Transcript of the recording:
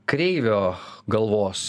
kreivio galvos